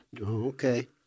Okay